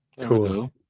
Cool